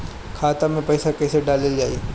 खाते मे पैसा कैसे डालल जाई?